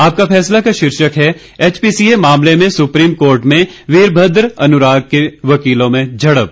आपका फैसला का शीर्षक है एचपीसीए मामले में सुप्रीम कोर्ट में वीरमद्र अनुराग के वकीलों में झड़प